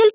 L